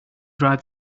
drive